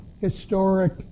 historic